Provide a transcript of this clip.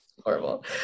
horrible